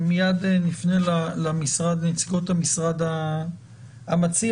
מיד נפנה לנציגות המשרד המציע.